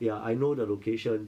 ya I know the location